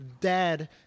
dad